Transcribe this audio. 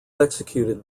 executed